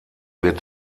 wird